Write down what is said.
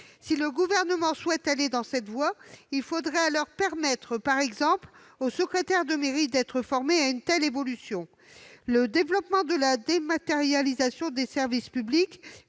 Si le Gouvernement souhaite aller dans cette voie, il faudrait permettre aux secrétaires de mairie, notamment, d'être formés à une telle évolution. Le développement de la dématérialisation des services publics,